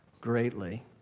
greatly